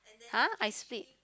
!huh! I speak